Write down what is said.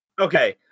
Okay